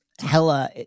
hella